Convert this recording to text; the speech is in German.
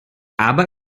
aber